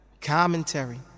Commentary